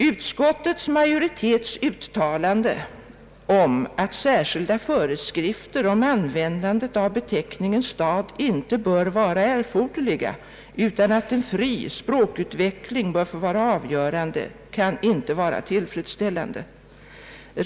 Utskottsmajoritetens uttalande, att särskilda föreskrifter om användandet av beteckningen stad inte bör vara erforderliga utan att en fri språkutveckling bör få vara avgörande, kan inte vara tillfredsställande.